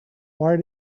why